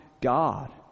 God